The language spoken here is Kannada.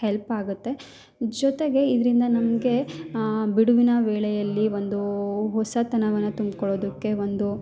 ಹೆಲ್ಪ್ ಆಗತ್ತೆ ಜೊತೆಗೆ ಇದರಿಂದ ನಮಗೆ ಬಿಡುವಿನ ವೇಳೆಯಲ್ಲಿ ಒಂದು ಹೊಸತನವನ್ನ ತಂದ್ಕೊಳ್ಳದಕ್ಕೆ ಒಂದು